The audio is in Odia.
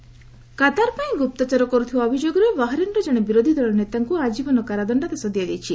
ବାହାରିନ୍ କାତାର ପାଇଁ ଗୁପ୍ତଚର କରୁଥିବା ଅଭିଯୋଗରେ ବାହାରିନ୍ର ଜଣେ ବିରୋଧିଦଳ ନେତାଙ୍କୁ ଆଜୀବନ କାରାଦଶ୍ଡାଦେଶ ଦିଆଯାଇଛି